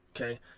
Okay